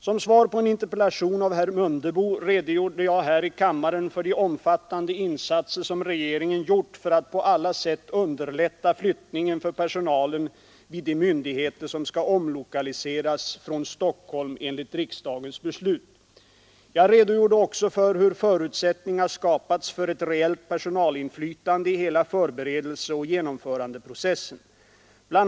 Som svar på en interpellation av herr Mundebo redogjorde jag här i kammaren för de omfattande insatser som regeringen gjort för att på alla sätt underlätta flyttningen för personalen vid de myndigheter som skall omlokaliseras från Stockholm enligt riksdagens beslut. Jag redogjorde också för hur förutsättningar skapats för ett reellt personalinflytande i hela förberedelseoch genomförandeprocessen. Bl.